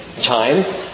time